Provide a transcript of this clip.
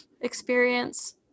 experience